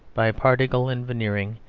by pardiggle and veneering,